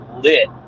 lit